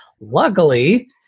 Luckily